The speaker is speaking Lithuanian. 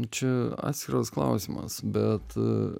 čia atskiras klausimas bet